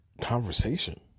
conversation